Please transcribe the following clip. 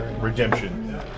Redemption